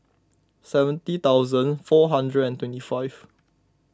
seventy thousnd four hundred and twenty five